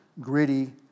gritty